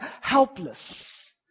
helpless